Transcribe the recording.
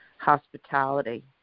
Hospitality